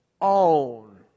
own